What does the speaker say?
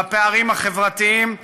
בפערים החברתיים ובאזרח,